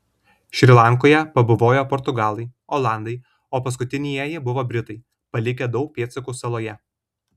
šri lankoje pabuvojo portugalai olandai o paskutinieji buvo britai palikę daug pėdsakų saloje